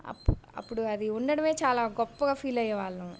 అప్పుడు అది ఉండడం చాలా గొప్పగా ఫీల్ అయ్యే వాళ్ళం